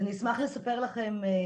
אז אני אשמח לספר לכם מה באמת אנחנו עושים.